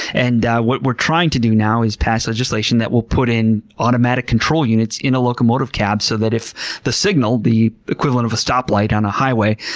and what we're trying to do now is pass legislation that will put in automatic control units in a locomotive cab so that if the signal, the equivalent of a stoplight on a highway,